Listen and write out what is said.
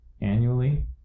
annually